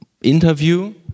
interview